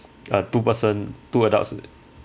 a two person two adults